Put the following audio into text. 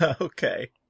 Okay